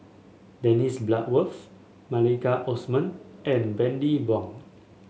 Dennis Bloodworth Maliki Osman and Bani Buang